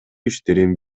иштерин